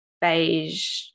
beige